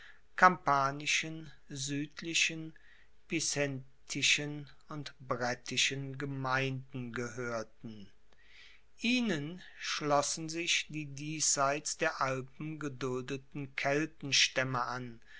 kampanischen suedlichen picentischen und brettischen gemeinden gehoerten ihnen schlossen sich die diesseits der alpen geduldeten kettenstaemme an